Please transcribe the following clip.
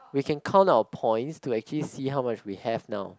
we can count our points to actually see how much we have now